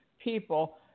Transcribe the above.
people